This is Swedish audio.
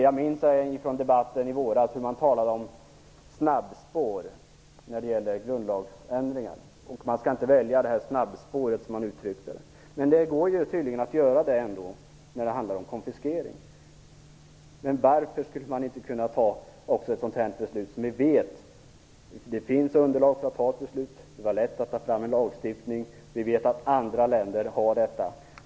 Jag minns från debatten i våras att man talade om snabbspår när det gäller grundlagsändringar och att man inte skall använda detta snabbspår, som man uttryckte det. Men det går tydligen ändå att göra det när det handlar om konfiskering. Varför skulle man inte kunna fatta ett sådant beslut om innehavskriminalisering? Vi vet att det finns underlag för att fatta ett beslut. Det är lätt att ta fram en lagstiftning. Vi vet att andra länder har en sådan.